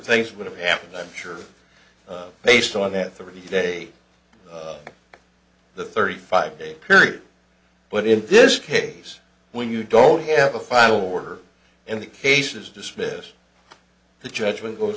things would have happened i'm sure based on that thirty day the thirty five day period but in this case when you don't have a final order and the case is dismissed the judgment goes